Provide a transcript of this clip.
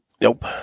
Nope